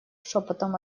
шепотом